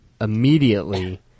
Immediately